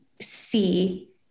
see